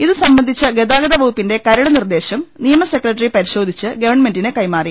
ഇതുസംബന്ധിച്ച ഗതാഗത വകു പ്പിന്റെ കരട് നിർദേശം നിയമ സെക്രട്ടറി പരിശോധിച്ച് ഗവൺമെന്റിന് കൈമാറി